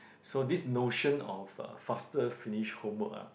so this notion of uh faster finish homework ah